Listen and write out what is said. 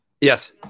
yes